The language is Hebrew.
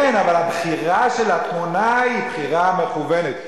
כן, אבל הבחירה של התמונה היא בחירה מכוונת.